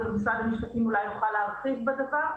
ומשרד המשפטים אולי להרחיב בדבר.